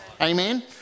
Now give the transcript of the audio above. Amen